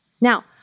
Now